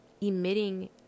emitting